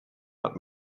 hat